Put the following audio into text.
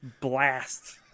blast